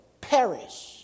perish